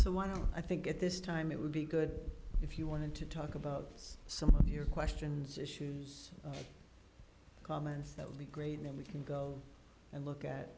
so why don't i think at this time it would be good if you wanted to talk about some of your questions issues comments that would be great then we can go and look at